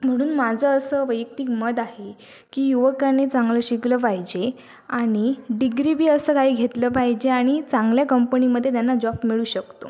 म्हणून माझं असं वैयक्तिक मत आहे की युवकांनी चांगलं शिकलं पाहिजे आणि डिग्री बी असं काही घेतलं पाहिजे आणि चांगल्या कंपणीमध्ये त्यांना जॉफ मिळू शकतो